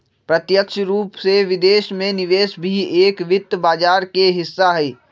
प्रत्यक्ष रूप से विदेश में निवेश भी एक वित्त बाजार के हिस्सा हई